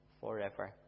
forever